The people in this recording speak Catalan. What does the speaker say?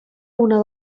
una